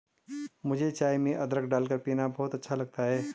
मुझे चाय में अदरक डालकर पीना बहुत अच्छा लगता है